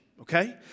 Okay